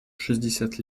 шестьдесят